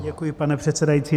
Děkuji, pane předsedající.